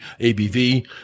ABV